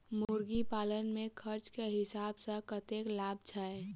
मुर्गी पालन मे खर्च केँ हिसाब सऽ कतेक लाभ छैय?